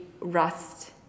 rust